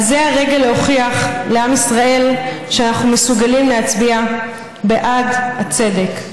זה הרגע להוכיח לעם ישראל שאנחנו מסוגלים להצביע בעד הצדק.